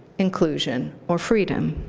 inclusion, or freedom.